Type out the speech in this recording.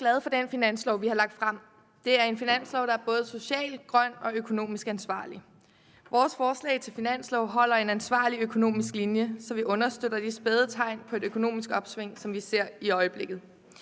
Jeg er glad for det finanslovsforslag, vi har fremsat. Det er et finanslovsforslag, der både er socialt, grønt og økonomisk ansvarligt. Vores forslag til finanslov holder en ansvarlig økonomisk linje, som understøtter de spæde tegn på et økonomisk opsving, som vi ser i øjeblikket.